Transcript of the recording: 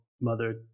Mother